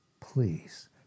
Please